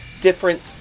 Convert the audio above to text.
different